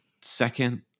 second